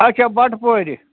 اَچھا بَٹہٕ پورِ